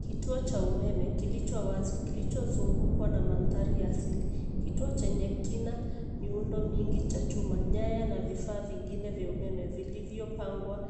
Kituo cha umeme kilicho wazi, kilichozungukwa na mandhari ya asili. Kituo chenye kina muundo nyingi cha chuma, nyaya na vifaa vingine vya umeme vilivyopangwa